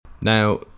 now